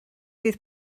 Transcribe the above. fydd